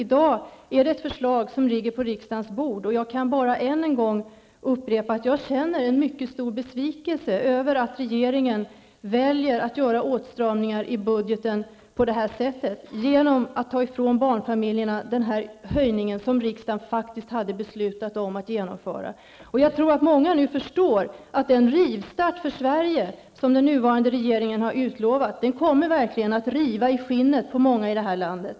I dag är det ett förslag som ligger på riksdagens bord. Jag kan bara än en gång upprepa att jag känner en mycket stor besvikelse över att regeringen väljer att göra åtstramningar i budgeten på det här sättet, genom att ta ifrån barnfamiljerna den höjning som riksdagen faktiskt hade beslutat om att genomföra. Jag tror att många nu förstår att den rivstart för Sverige som den nuvarande regeringen har utlovat verkligen kommer att riva i skinnet på många i det här landet.